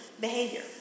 behavior